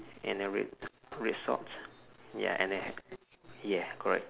and then red red socks ya and then yeah correct